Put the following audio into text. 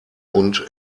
und